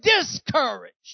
discouraged